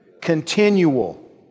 Continual